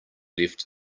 left